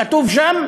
כתוב שם